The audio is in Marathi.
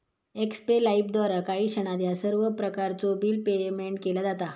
एक्स्पे लाइफद्वारा काही क्षणात ह्या सर्व प्रकारचो बिल पेयमेन्ट केला जाता